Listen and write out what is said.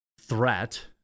threat